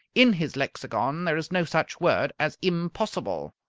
in his lexicon there is no such word as impossible.